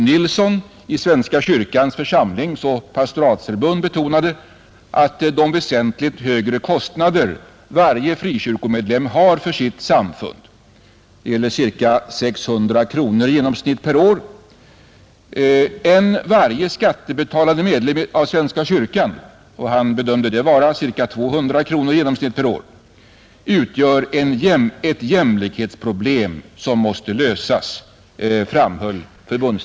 Nilsson i Svenska kyrkans församlingsoch pastoratsförbund betonade ”att de väsentligt högre kostnader varje frikyrkomedlem har för sitt samfund än varje skattebetalande medlem av svenska kyrkan utgör ett jämlikhetsproblem, som måste lösas”.